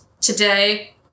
today